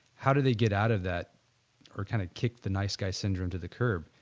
how do they get out of that or kind of kick the nice guy syndrome to the curve?